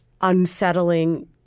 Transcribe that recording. unsettling